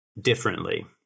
differently